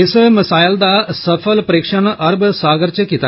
इस मिसाईल दा सफल परिक्षण अरब सागर इच होआ